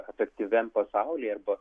efektyviam pasaulyje arba